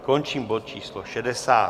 Končím bod číslo 60.